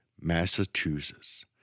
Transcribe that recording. Massachusetts